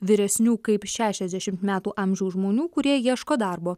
vyresnių kaip šešiasdešimt metų amžiaus žmonių kurie ieško darbo